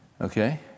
Okay